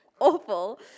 Awful